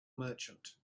merchant